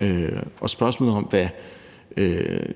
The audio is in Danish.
kr. Spørgsmålet om, hvad